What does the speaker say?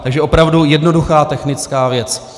Takže opravdu jednoduchá technická věc.